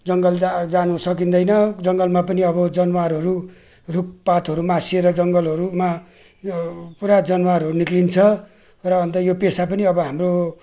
जङ्गल जा जान सकिँदैन जङ्गलमा पनि अब जनावरहरू रुखपातहरू मासिएर जङ्गलहरूमा यो पुरा जनावरहरू निस्किन्छ र अन्त यो पेसा पनि अब हाम्रो